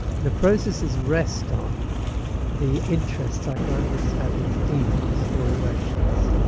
the processes rest on the interest psychoanalysts have in feelings or emotions.